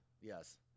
yes